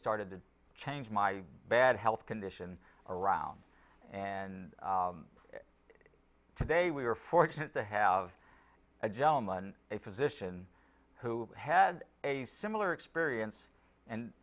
started to change my bad health condition around and today we were fortunate to have a gentleman a physician who had a similar experience and